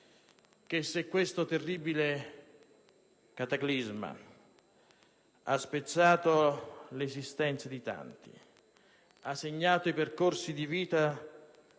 questo terribile cataclisma ha spezzato l'esistenza di tanti, ha segnato i percorsi di vita